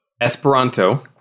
Esperanto